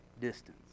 distance